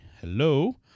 hello